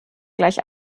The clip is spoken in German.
gleich